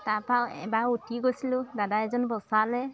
তাৰপাও এবাৰ উতি গৈছিলোঁ দাদা এজনে বচালে